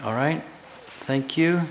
all right thank you